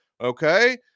Okay